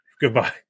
Goodbye